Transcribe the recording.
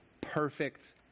perfect